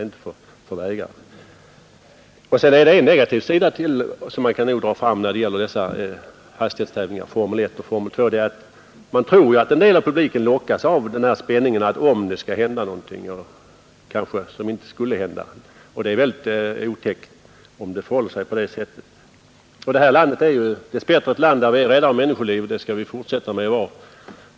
Ytterligare en negativ sak kan man peka på när det gäller dessa hastighetstävlingar i Formel I och Formel II. Man tror att en del av publiken lockas av spänningen om det skulle hända någonting. Det är väldigt otäckt om det förhåller sig på det sättet. I vårt land är vi dess bättre rädda om människoliv, och det skall vi fortsätta med.